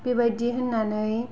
बेबायदि होन्नानै